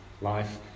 life